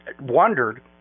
wondered